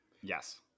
Yes